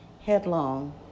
headlong